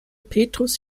petrus